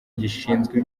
gishinzwe